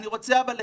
אני רוצה לחדד,